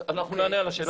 אז אנחנו נענה על השאלה.